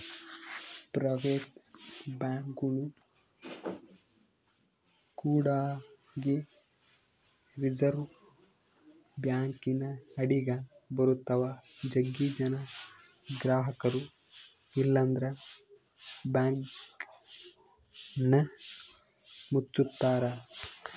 private ಬ್ಯಾಂಕ್ಗಳು ಕೂಡಗೆ reserve ಬ್ಯಾಂಕಿನ ಅಡಿಗ ಬರುತ್ತವ, ಜಗ್ಗಿ ಜನ ಗ್ರಹಕರು ಇಲ್ಲಂದ್ರ ಬ್ಯಾಂಕನ್ನ ಮುಚ್ಚುತ್ತಾರ